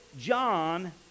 John